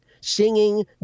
Singing